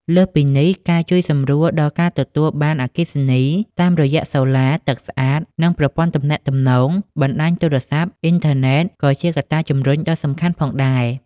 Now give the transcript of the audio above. លើសពីនេះ ការជួយសម្រួលដល់ការទទួលបានអគ្គិសនី តាមរយៈសូឡា ទឹកស្អាត និងប្រព័ន្ធទំនាក់ទំនង បណ្តាញទូរស័ព្ទ អ៊ីនធឺណិត ក៏ជាកត្តាជំរុញដ៏សំខាន់ផងដែរ។